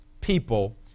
people